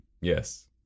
Yes